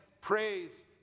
praise